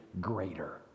greater